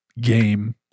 game